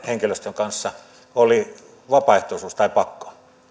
henkilöstön kanssa oli vapaaehtoisuus tai pakko